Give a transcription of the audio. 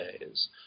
days